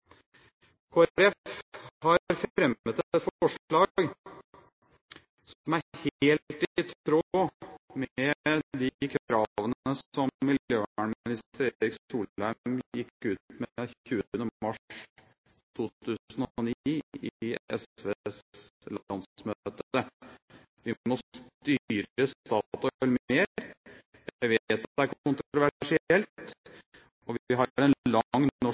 fremmet et forslag som er helt i tråd med de kravene som miljøvernminister Erik Solheim gikk ut med 20. mars 2009 på SVs landsmøte: Vi må styre Statoil mer. Jeg vet det er kontroversielt, og vi har en lang